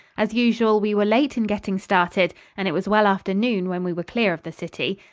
as usual, we were late in getting started and it was well after noon when we were clear of the city.